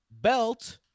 belt